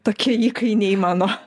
tokie įkainiai mano